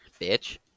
Bitch